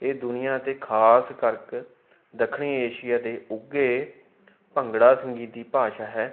ਇਹ ਦੁਨੀਆ 'ਤੇ ਖਾਸ ਕਰਕੇ ਦੱਖਣੀ ਏਸ਼ੀਆ ਦੇ ਉੱਘੇ ਭੰਗੜਾ ਸੰਗੀਤ ਦੀ ਭਾਸ਼ਾ ਹੈ